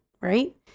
right